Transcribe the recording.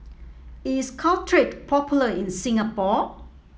is Caltrate popular in Singapore